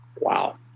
Wow